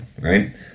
right